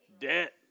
debt